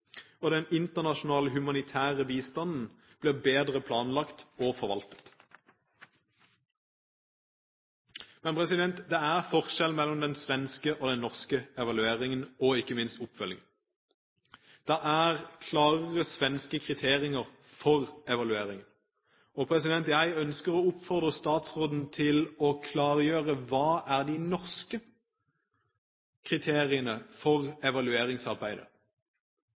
Den internasjonale humanitære bistanden blir bedre planlagt og forvaltet. Men det er forskjeller mellom den svenske og den norske evalueringen, og ikke minst oppfølgingen. Det er klarere svenske kriterier for evaluering. Jeg ønsker å oppfordre statsråden til å klargjøre: Hva er de norske kriteriene for